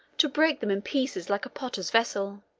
to break them in pieces like a potter's vessel.